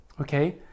Okay